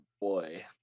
boy